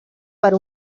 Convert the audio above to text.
per